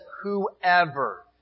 whoever